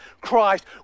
Christ